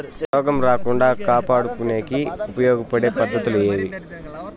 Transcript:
రోగం రాకుండా కాపాడుకునేకి ఉపయోగపడే పద్ధతులు ఏవి?